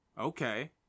okay